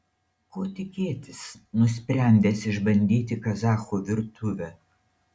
ko tikėtis nusprendęs išbandyti kazachų virtuvę